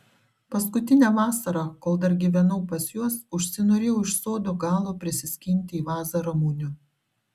paskutinę vasarą kol dar gyvenau pas juos užsinorėjau iš sodo galo prisiskinti į vazą ramunių